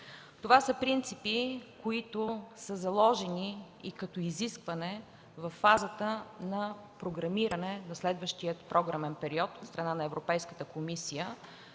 Това са принципи, които са заложени като изискване във фазата на програмиране на следващия програмен период от страна на Европейската комисия,